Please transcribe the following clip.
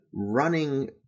running